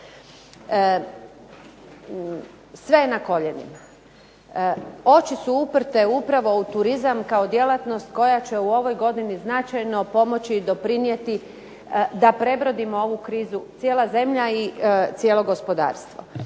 Sve je na koljenima. Oči su uprte upravo u turizma kao djelatnost koja će u ovoj godini značajno pomoći i doprinijeti da prebrodimo ovu krizu, cijela zemlja i cijelo gospodarstvo.